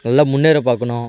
நல்லா முன்னேறப் பார்க்கணும்